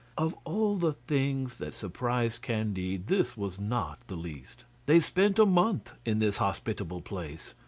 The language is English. of all the things that surprised candide this was not the least. they spent a month in this hospitable place.